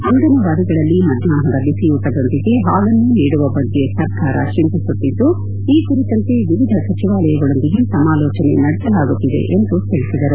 ಅಂಗನವಾಡಿಗಳಲ್ಲಿ ಮಧ್ಯಾಹ್ನದ ಬಿಸಿಯೂಟದೊಂದಿಗೆ ಹಾಲನ್ನೂ ನೀಡುವ ಬಗ್ಗೆ ಸರ್ಕಾರ ಚಿಂತಿಸುತ್ತಿದ್ದು ಈ ಕುರಿತಂತೆ ವಿವಿಧ ಸಚಿವಾಲಯಗಳೊಂದಿಗೆ ಸಮಾಲೋಜನೆ ನಡೆಸಲಾಗುತ್ತಿದೆ ಎಂದು ತಿಳಿಸಿದರು